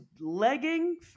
legging